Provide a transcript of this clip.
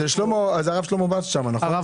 זה הרב שלמה בקשט שם, נכון?